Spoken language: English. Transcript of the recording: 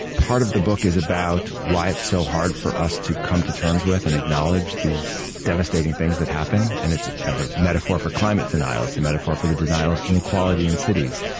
part of the book is about why it's so hard for us to come to terms with and acknowledge these devastating things that happen. and it's kind of a metaphor for climate denial. it's a metaphor for the denial of inequality in cities.